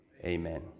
amen